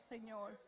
Señor